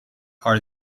are